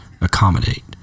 accommodate